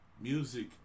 Music